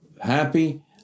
happy